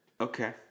Okay